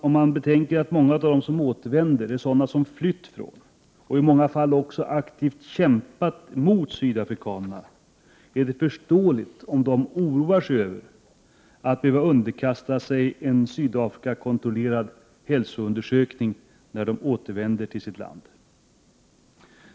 Om man betänker att många av dem som återvänder har flytt och i många fall också aktivt har kämpat mot sydafrikanerna, är det förståeligt om de oroar sig över att behöva underkasta sig en sydafriakontrollerad hälsoundersökning när de återvänder till sitt land.